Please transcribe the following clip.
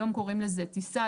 היום קוראים לזה טיסה,